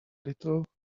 little